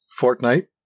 Fortnite